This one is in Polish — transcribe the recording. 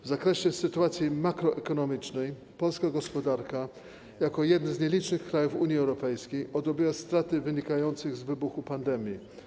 W zakresie sytuacji makroekonomicznej polska gospodarka jako jeden z nielicznych krajów Unii Europejskiej odrobiła straty wynikające z wybuchu pandemii.